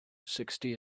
sixty